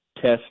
test